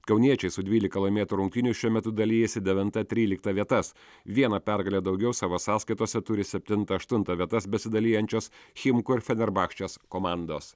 kauniečiai su dvylika laimėtų rungtynių šiuo metu dalijasi devintą tryliktą vietas viena pergale daugiau savo sąskaitose turi septintą aštuntą vietas besidalijančias chimkų ir federbakčės komandos